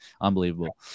Unbelievable